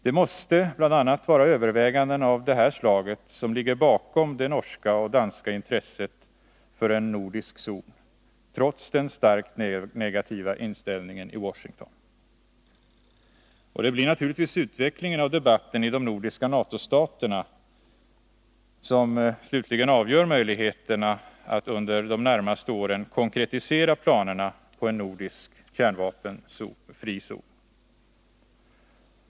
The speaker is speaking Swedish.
Det måste bl.a. vara överväganden av detta slag som ligger bakom det norska och det danska intresset för en nordisk zon, trots den starkt negativa inställningen i Washington. Och det blir naturligtvis utvecklingen av debatten i de nordiska NATO-staterna som slutligen avgör möjligheterna att under de närmaste åren konkretisera planerna på en nordisk kärnvapenfri zon.